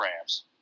Rams